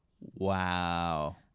Wow